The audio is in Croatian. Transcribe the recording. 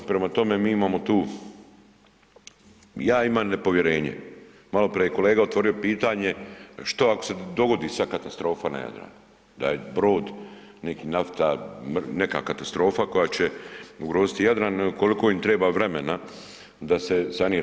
Prema tome, mi imamo tu, ja imam nepovjerenje, maloprije je kolega otvorio pitanje što ako se dogodi sad katastrofa na Jadranu, da je brod neki nafta, neka katastrofa koja će ugroziti Jadran, koliko im treba vremena da se sanira.